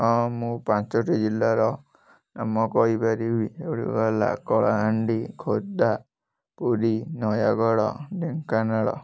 ହଁ ମୁଁ ପାଞ୍ଚଟି ଜିଲ୍ଲାର ନାମ କହିପାରିବି ସେଗୁଡ଼ିକ ହେଲା କଳାହାଣ୍ଡି ଖୋର୍ଦ୍ଧା ପୁରୀ ନୟାଗଡ଼ ଢେଙ୍କାନାଳ